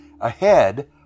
Ahead